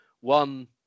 One